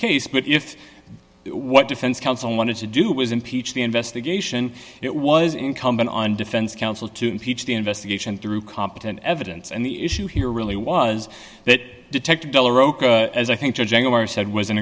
case but if what defense counsel wanted to do was impeach the investigation it was incumbent on defense counsel to impeach the investigation through competent evidence and the issue here really was that detective as i think judging our said was an